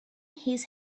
his